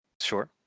Sure